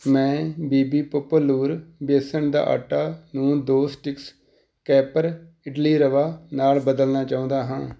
ਮੈਂ ਬੀ ਬੀ ਪੋਪੋਲੂਰ ਬੇਸਨ ਦਾ ਆਟਾ ਨੂੰ ਦੋ ਸਟਿਕਸ ਕੈਪਰ ਇਡਲੀ ਰਵਾ ਨਾਲ ਬਦਲਣਾ ਚਾਹੁੰਦਾ ਹਾਂ